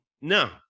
No